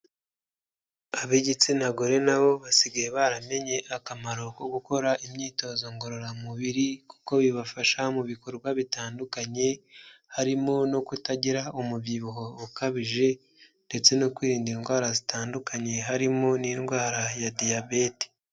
Ab'igitsina gore na bo basigaye baramenye akamaro ko gukora imyitozo ngororamubiri kuko bibafasha mu bikorwa bitandukanye, harimo no kutagira umubyibuho ukabije ndetse no kwirinda indwara zitandukanye, harimo n'indwara ya Diyabete.